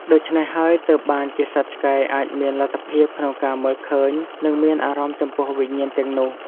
ដូច្នេះហើយទើបបានជាសត្វឆ្កែអាចមានលទ្ធភាពក្នុងការមើលឃើញនិងមានអារម្មណ៍ចំពោះវិញ្ញាណទាំងនោះ។